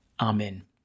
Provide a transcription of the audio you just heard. Amen